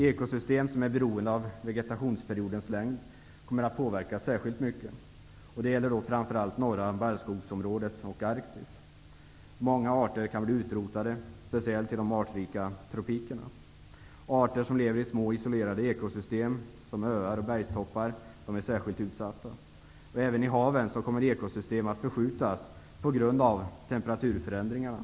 Ekosystem som är beroende av vegetationsperiodens längd kommer att påverkas särskilt mycket. Det gäller framför allt det norra barrskogsområdet och Arktis. Många arter kan bli utrotade, speciellt i de artrika tropikerna. Arter som lever i små isolerade ekosystem, t.ex. på öar och bergstoppar, är särskilt utsatta. Även i haven kommer ekosystem att förskjutas på grund av temperaturförändringarna.